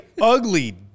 ugly